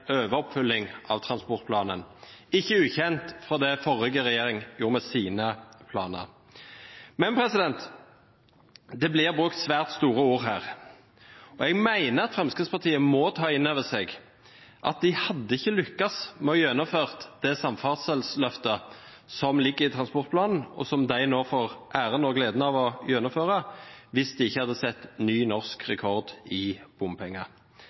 av transportplanen – ikke ulikt det forrige regjering gjorde med sine planer. Men det blir brukt svært store ord her, og jeg mener at Fremskrittspartiet må ta inn over seg at de hadde ikke lyktes med å gjennomføre det samferdselsløftet som ligger i transportplanen, og som de nå får æren og gleden av å gjennomføre, hvis de ikke hadde satt ny norsk rekord i bompenger.